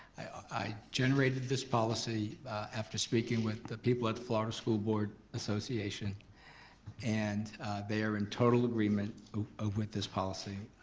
i generated this policy after speaking with the people at the florida school board association and they are in total agreement ah ah with this policy.